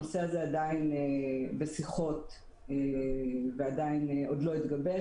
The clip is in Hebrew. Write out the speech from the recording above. הנושא הזה עדיין בשיחות ועוד לא התגבש,